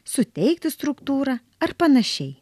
suteikti struktūrą ar panašiai